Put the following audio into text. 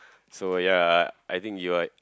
so ya I think you are